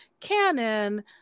canon